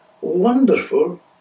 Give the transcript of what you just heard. wonderful